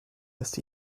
this